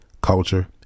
culture